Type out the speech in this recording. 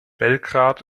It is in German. belgrad